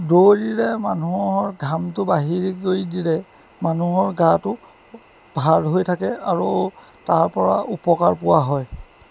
দৌৰিলে মানুহৰ ঘামটো বাহিৰ কৰি দিলে মানুহৰ গাটো ভাল হৈ থাকে আৰু তাৰপৰা উপকাৰ পোৱা হয়